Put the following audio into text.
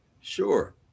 Sure